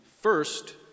first